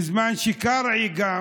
בזמן שקרעי גם